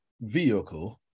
vehicle